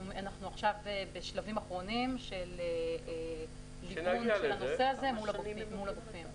אנחנו עכשיו בשלבים אחרונים של ליבון הנושא הזה מול הגופים.